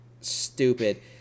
stupid